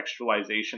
textualization